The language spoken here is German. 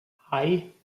hei